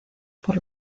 por